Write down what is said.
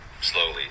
slowly